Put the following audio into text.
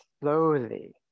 slowly